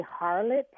harlot